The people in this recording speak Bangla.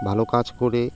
ভালো কাজ করে